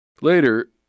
Later